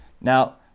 Now